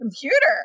computer